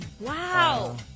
Wow